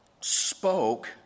spoke